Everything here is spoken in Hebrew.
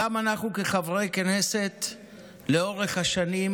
גם אנחנו כחברי כנסת לאורך השנים,